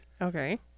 okay